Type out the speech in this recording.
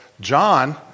John